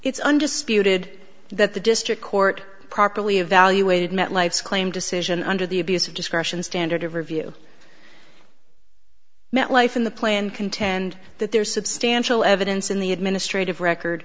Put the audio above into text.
it's undisputed that the district court properly evaluated met life's claimed decision under the abuse of discretion standard of review met life in the plan contend that there is substantial evidence in the administrative record